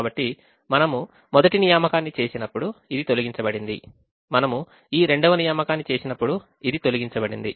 కాబట్టి మనము మొదటి నియామకాన్ని చేసినప్పుడు ఇది తొలగించబడింది మనము ఈ రెండవ నియామకాన్ని చేసినప్పుడు ఇది తొలగించబడింది